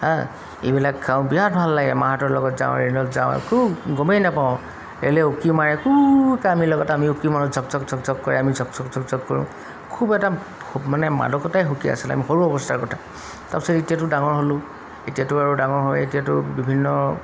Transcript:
হা এইবিলাক খাওঁ বিৰাট ভাল লাগে মাহঁতৰ লগত যাওঁ ৰে'লত যাওঁ একো গমেই নাপাওঁ ৰে'লে উকি মাৰে কু আমি লগত আমি উকি মাৰো ঝক ঝক ঝক ঝক কৰে আমি ঝক ঝক ঝক ঝক কৰোঁ খুব এটা মানে মাদকতাই সুকীয়া আছিল আমি সৰু অৱস্থাৰ কথা তাৰপিছত এতিয়াতো ডাঙৰ হ'লো এতিয়াতো আৰু ডাঙৰ হয় এতিয়াতো বিভিন্ন